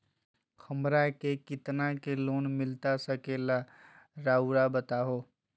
हमरा के कितना के लोन मिलता सके ला रायुआ बताहो?